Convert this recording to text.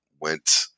went